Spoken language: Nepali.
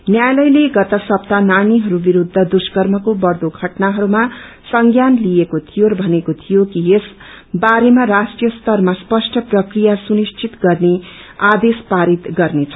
न्यायालयले गत सप्ताह नानीहरू विरूद्ध दुष्कर्मको बढ़दो घटनाहरूमा संज्ञान लिएको थियो र भनेको थियो कि यस बारेमा राष्ट्रीय स्तरमा स्पष्ट प्रतिक्रिया सुनिश्चित गर्ने आदेश पारित गर्नेछ